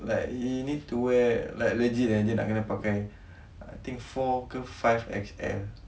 like he need to wear like legit eh dia nak kene pakai I think four ke five X_L